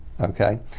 okay